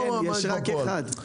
כן, יש רק אחד.